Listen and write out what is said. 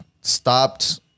stopped